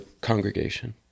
congregation